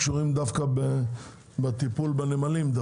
קשורים בטיפול בנמלים.